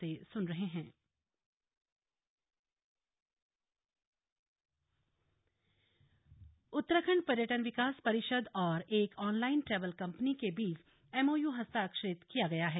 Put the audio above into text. MOU Uttarakhand पर्यटन विकास परिषद और एक ऑनलाइन ट्रैवल कंपनी के बीच एमओयू हस्ताक्षरित किया गया है